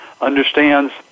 understands